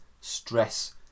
stress